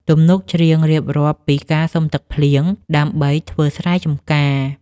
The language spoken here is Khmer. ទំនុកច្រៀងរៀបរាប់ពីការសុំទឹកភ្លៀងដើម្បីធ្វើស្រែចម្ការ។